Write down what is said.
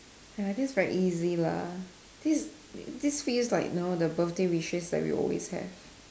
ya this very easy lah this is this feels like you know the birthday wishes that we always have